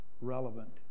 relevant